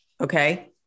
Okay